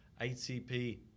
ATP